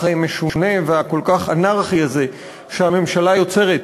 משונה והכל-כך אנרכי הזה שהממשלה יוצרת.